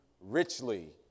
richly